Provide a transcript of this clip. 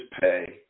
pay